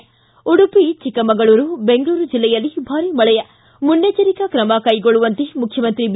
ಿ ಉಡುಪಿ ಚಿಕ್ಕಮಗಳೂರು ಬೆಂಗಳೂರು ಜಿಲ್ಲೆಯಲ್ಲಿ ಭಾರಿ ಮಳೆ ಮುನ್ನೆಚ್ಚರಿಕಾ ಕ್ರಮ ಕೈಗೊಳ್ಳುವಂತೆ ಮುಖ್ಯಮಂತ್ರಿ ಬಿ